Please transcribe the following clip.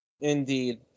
indeed